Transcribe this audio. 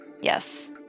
yes